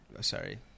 Sorry